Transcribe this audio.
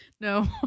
No